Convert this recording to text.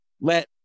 let